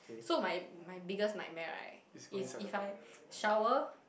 so my my biggest nightmare right is if I shower